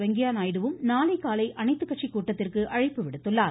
வெங்கைய நாயுடுவும் நாளை காலை அனைத்துக் கட்சிக் கூட்டத்திற்கு அழைப்பு விடுத்துள்ளார்